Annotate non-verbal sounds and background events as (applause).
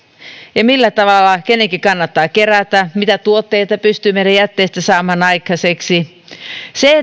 ja millä tavalla kenenkin kannattaa kerätä mitä tuotteita pystymme jätteistä saamaan aikaiseksi se (unintelligible)